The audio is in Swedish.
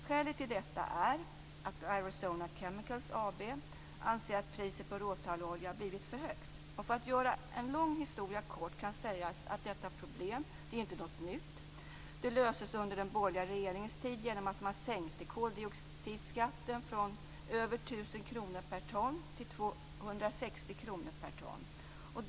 Skälet till detta är att Arizona Chemical AB anser att priset på råtallolja har blivit för högt. För att göra en lång historia kort kan sägas att detta problem inte är något nytt. Det löstes under den borgerliga regeringens tid genom att man sänkte koldioxidskatten från över 1 000 kr ton.